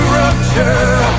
rupture